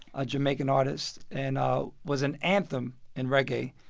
a jamaican artist, and ah was an anthem in reggae.